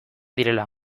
direla